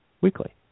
weekly